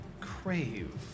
crave